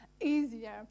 easier